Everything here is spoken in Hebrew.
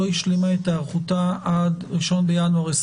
השלימה את היערכותה עד 1 בינואר 2023?